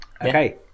Okay